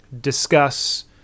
discuss